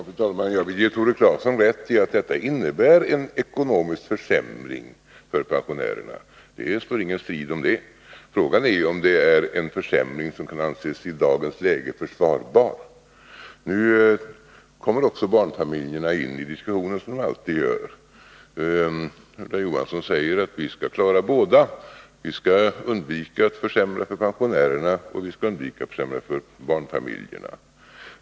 Fru talman! Jag vill ge Tore Claeson rätt i att detta innebär en ekonomisk försämring för pensionärerna. Det står ingen strid om det. Vad frågan gäller är om det är en försämring som i dagens läge kan anses försvarbar. Nu kommer också barnfamiljerna in i diskussionen, som de alltid gör. Ulla Johansson säger: Vi skall klara båda grupperna. Vi skall undvika att försämra för pensionärerna, och vi skall undvika att försämra för barnfamiljerna.